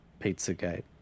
Pizzagate